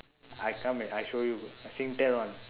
I come and I show you Singtel [one]